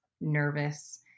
nervous